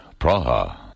Praha. (